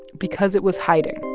because it was hiding